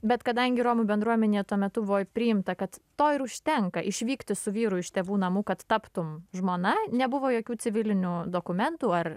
bet kadangi romų bendruomenėje tuo metu buvo priimta kad to ir užtenka išvykti su vyru iš tėvų namų kad taptum žmona nebuvo jokių civilinių dokumentų ar